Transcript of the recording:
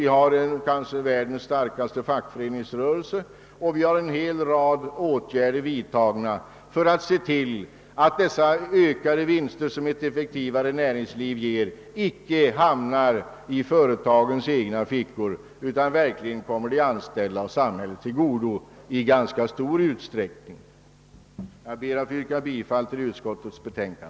Vi har kanske världens starkaste fackföreningsrörelse, och vi har vidtagit en hel rad åtgärder för att se till att de ökade vinster som ett effektivare näringsliv ger icke hamnar i företagarnas egna fickor utan verkligen kommer de anställda och samhället till godo i ganska stor utsträckning. Jag ber att få yrka bifall till utskottets hemställan.